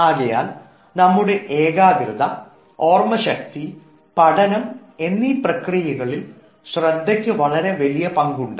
ആകയാൽ നമ്മുടെ ഏകാഗ്രത ഓർമ്മശക്തി പഠനം എന്നീ പ്രക്രിയകളിൽ ശ്രദ്ധയ്ക്ക് വളരെ വലിയ പങ്കുണ്ട്